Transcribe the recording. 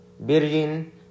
Virgin